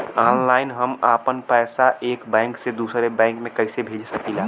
Online हम आपन पैसा एक बैंक से दूसरे बैंक में कईसे भेज सकीला?